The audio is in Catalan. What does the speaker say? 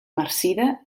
marcida